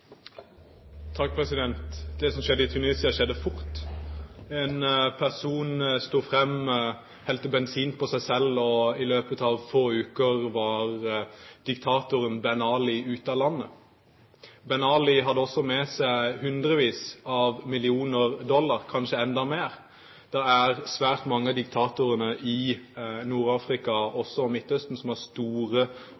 Det som skjedde i Tunisia, skjedde fort. En person sto fram, helte bensin på seg selv, og i løpet av få uker var diktatoren Ben Ali ute av landet. Ben Ali hadde også med seg hundrevis av millioner dollar – kanskje enda mer. Det er svært mange av diktatorene i Nord-Afrika og